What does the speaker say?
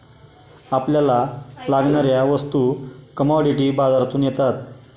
आपल्याला लागणाऱ्या वस्तू कमॉडिटी बाजारातून येतात